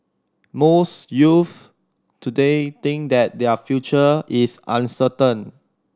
most youths today think that their future is uncertain